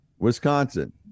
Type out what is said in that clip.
Wisconsin